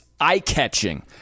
Eye-catching